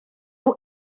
nhw